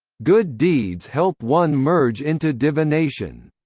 good deeds help one merge into divination.